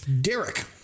Derek